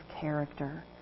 character